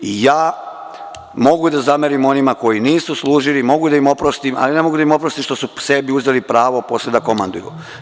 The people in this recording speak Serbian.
Mogu da zamerim onima koji nisu služili, mogu da im oprostim, ali ne mogu da im oprostim što su sebi uzeli pravo posle da komanduju.